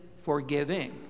forgiving